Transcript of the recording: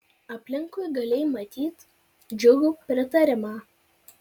aplinkui galėjai matyt džiugų pritarimą